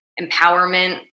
empowerment